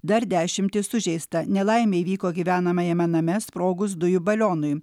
dar dešimtys sužeista nelaimė įvyko gyvenamajame name sprogus dujų balionui